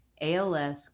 ALS